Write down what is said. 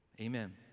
Amen